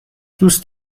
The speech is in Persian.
دوست